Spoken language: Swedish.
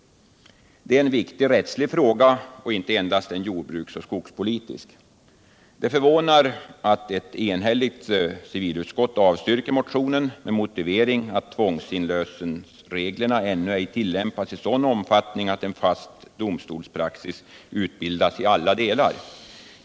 Det är en viktig rättslig fråga och inte endast jordbruks och skogspolitisk. Det förvånar att ett enhälligt civilutskott avstyrker motionen med motiveringen att tvångsinlösenreglerna ännu ej tillämpats i sådan omfattning att en fast domstolspraxis utbildats i alla delar.